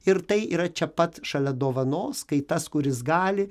ir tai yra čia pat šalia dovanos kai tas kuris gali